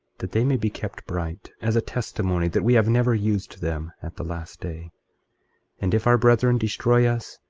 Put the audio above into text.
that they may be kept bright, as a testimony that we have never used them, at the last day and if our brethren destroy us,